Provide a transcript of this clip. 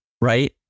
right